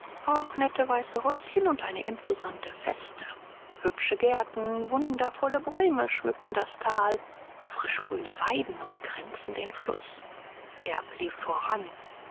auch nette weiße häuschen und eine imposante feste hübsche gärten wundervolle bäume schmücken das tal frischgrüne weiden umkränzen den fluß erb lief voran